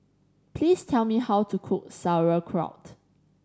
please tell me how to cook Sauerkraut